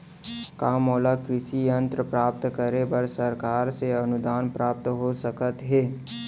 का मोला कृषि यंत्र प्राप्त करे बर सरकार से अनुदान प्राप्त हो सकत हे?